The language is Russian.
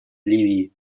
ливии